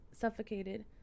suffocated